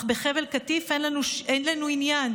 אך בחבל קטיף אין לנו עניין,